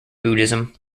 buddhism